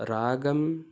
रागः